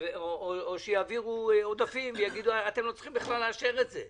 או שיעבירו עודפים ויגידו: אתם לא צריכים בכלל לאשר את זה.